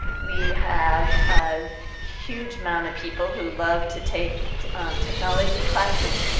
we have a huge amount of people who love to take technology classes.